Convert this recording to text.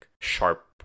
sharp